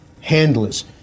handlers